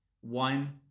one